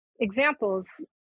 examples